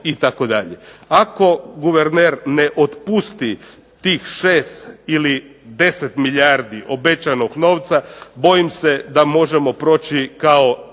itd. Ako guverner ne otpusti tih 6 ili 10 milijardi obećanog novca bojim se da možemo proći kao Titanic